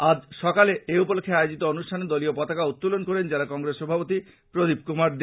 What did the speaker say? আজ সকালে এ উপলক্ষ্যে আয়োজিত অনুষ্ঠানে দলীয় পতাকা উত্তোলন করেন জেলা কংগ্রেস সভাপতি প্রদীপ কুমার দে